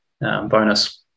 bonus